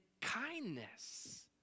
kindness